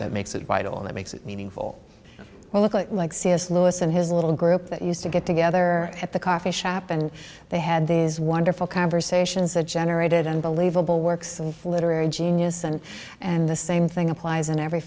that makes it vital that makes it meaningful well look like c s lewis and his little group that used to get together at the coffee shop and they had these wonderful conversations that generated unbelievable works of literary genius and and the same thing applies in every